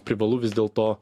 privalu vis dėlto